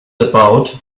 about